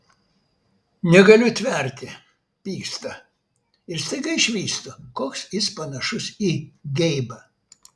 negaliu tverti pyksta ir staiga išvystu koks jis panašus į geibą